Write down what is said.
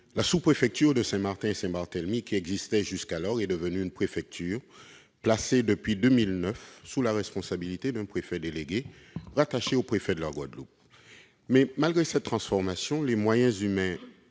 la sous-préfecture de Saint-Martin et Saint-Barthélemy qui existait jusqu'alors est devenue une préfecture, placée depuis 2009 sous la responsabilité d'un préfet délégué, rattaché au préfet de la Guadeloupe. Malgré cette transformation, les moyens humains,